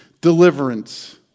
deliverance